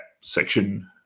section